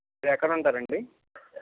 ఎక్కడ ఉంటారండి